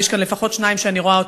ויש כאן לפחות שניים שאני רואה,